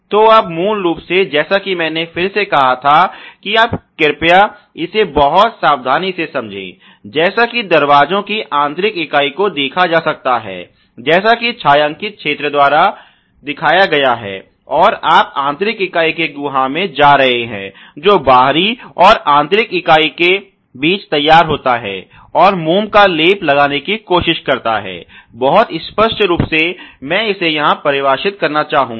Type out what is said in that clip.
तो आप मूल रूप से जैसा कि मैंने फिर से कहा था कि आप कृपया इसे बहुत सावधानी से समझें जैसा कि दरवाजों की आंतरिक इकाई को देखा जा सकता है जैसा कि छायांकित क्षेत्र द्वारा दिखाया गया है और आप आंतरिक इकाई के गुहा में जा रहे हैं जो बाहरी इकाई और आंतरिक इकाई के बीच तैयार होता है और मोम का लेप लगाने की कोशिश करता है बहुत स्पष्ट रूप से मैं इसे यहां परिभाषित करना चाहूंगा